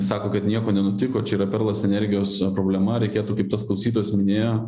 sako kad nieko nenutiko čia yra perlas energijos problema reikėtų kaip tas klausytojas minėjo